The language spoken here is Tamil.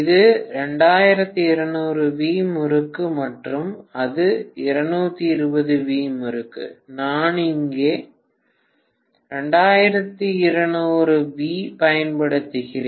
இது 2200 வி முறுக்கு மற்றும் அது 220 வி முறுக்கு நான் இங்கே 2200 வி பயன்படுத்துகிறேன்